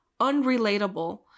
unrelatable